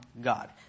God